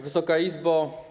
Wysoka Izbo!